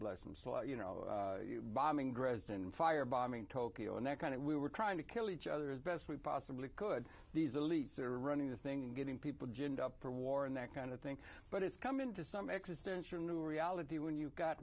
bless them slott you know bombing dresden firebombing tokyo and that kind of we were trying to kill each other as best we possibly could these elites are running this thing and getting people ginned up for war and that kind of thing but it's coming to some extent your new reality when you've got